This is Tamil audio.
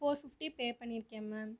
ஃபோர் ஃபிஃப்டி பே பண்ணியிருக்கேன் மேம்